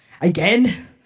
Again